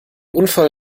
unfall